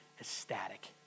ecstatic